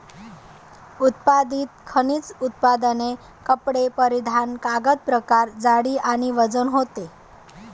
उत्पादित खनिज उत्पादने कपडे परिधान कागद प्रकार जाडी आणि वजन होते